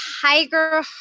Tiger